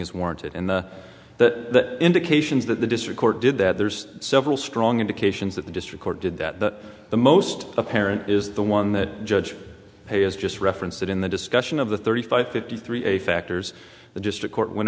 is warranted and that indications that the district court did that there's several strong indications that the district court did that that the most apparent is the one that judge has just referenced that in the discussion of the thirty five fifty three a factors the district court went